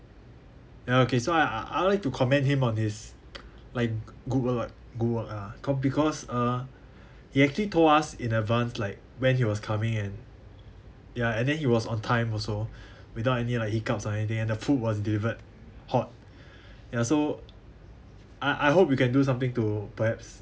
ya okay so I I I would like to commend him on his like good work uh good work lah cau~ because uh he actually told us in advance like when he was coming and ya and then he was on time also without any like hiccup or anything and the food was delivered hot ya so I I hope you can do something to perhaps